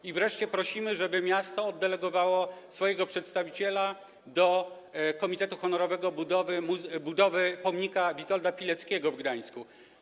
I wreszcie prosimy, żeby miasto oddelegowało swojego przedstawiciela do komitetu honorowego do spraw budowy pomnika Witolda Pileckiego w Gdańsku.